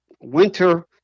winter